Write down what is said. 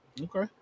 Okay